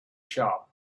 shop